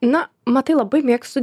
na matai labai mėgstu